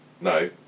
No